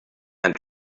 and